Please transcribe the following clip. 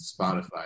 spotify